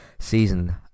season